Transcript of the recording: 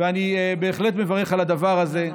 אני בהחלט מברך על הדבר הזה,